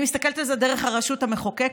אני מסתכלת על זה דרך הרשות המחוקקת